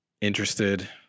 interested